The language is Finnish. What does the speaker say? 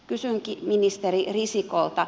kysynkin ministeri risikolta